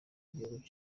igihugu